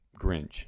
Grinch